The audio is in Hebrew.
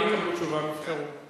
אני מסכים עם השר שזה לא אשמה שלו,